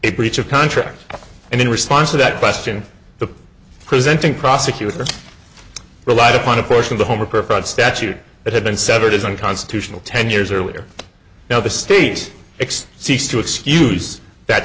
a breach of contract and in response to that question the presenting prosecutor relied upon a portion of the homer preferred statute that had been severed as unconstitutional ten years earlier now the state x ceased to excuse that